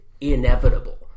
inevitable